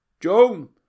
Joan